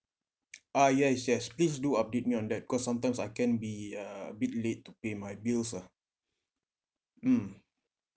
uh yes yes please do update me on that cause sometimes I can be uh a bit late to pay my bills ah mm